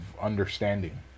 understanding